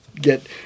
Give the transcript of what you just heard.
get